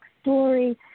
story